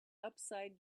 upside